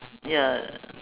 ya